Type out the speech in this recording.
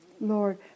Lord